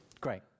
Great